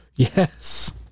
Yes